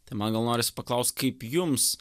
tai man gal norisi paklaust kaip jums